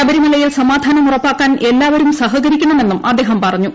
ശബരിമലയിൽ സമാധാനം ഉറപ്പാക്കാൻ എല്ലാവരും സഹകരിക്കണമെന്നും അദ്ദേഹം പറഞ്ഞു